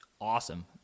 Awesome